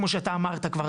כמו שאתה אמרת כבר,